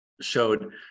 showed